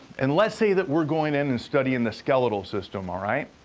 and let's say that we're going in and studying the skeletal system, all right?